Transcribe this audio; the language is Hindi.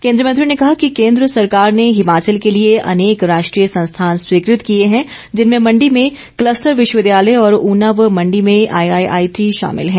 केन्द्रीय मंत्री ने कहा कि केन्द्र सरकार ने हिमाचल के लिए अनेक राष्ट्रीय संस्थान स्वीकृत किए हैं जिनमें मण्डी में कलस्टर विश्वविद्यालय और ऊना व मण्डी में आईआईआईटी शामिल हैं